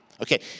Okay